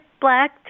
black